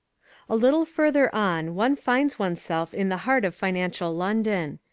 a little further on one finds oneself in the heart of financial london.